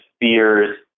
fears